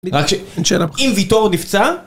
רק ש... אין שאלה בכלל. אם ויטור נפצע...